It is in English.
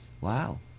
wow